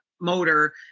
motor –